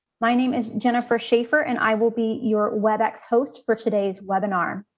my name is jennifer schafer and i will be your webex host for today's webinar.